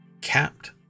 capped